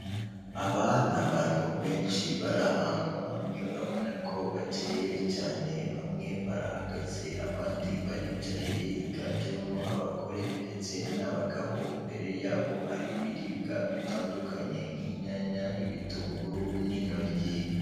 Aba ni abantu benshi bari ahantu hamwe, urabona ko bakeye cyane, bamwe barahagaze abandi baricaye, higanjemo abagore ndetse n'abagabo, imbere yabo hari ibiribwa bitandukanye nk'inyanya, ibitunguru n'intoryi.